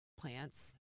plants